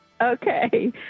Okay